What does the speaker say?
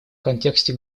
контексте